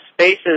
spaces